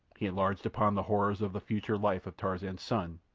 he enlarged upon the horrors of the future life of tarzan's son,